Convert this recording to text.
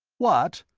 what!